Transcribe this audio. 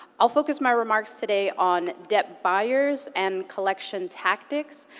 i'll focus my remarks today on debt buyers and collection tactics,